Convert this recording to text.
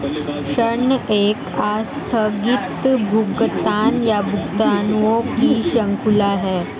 ऋण एक आस्थगित भुगतान, या भुगतानों की श्रृंखला है